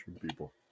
people